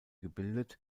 gebildet